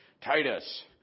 Titus